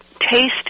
taste